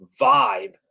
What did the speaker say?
vibe